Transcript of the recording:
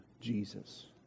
Jesus